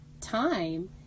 time